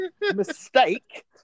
mistake